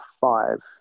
five